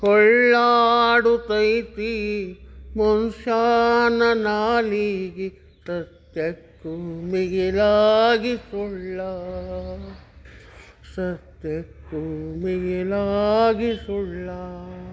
ಹೊಳ್ಳಾಡುತೈತೆ ಮನುಷನ ನಾಲಿಗೆ ಸತ್ಯಕ್ಕು ಮಿಗಿಲಾಗಿ ಸುಳ್ಳ ಸತ್ಯಕ್ಕು ಮಿಗಿಲಾಗಿ ಸುಳ್ಳ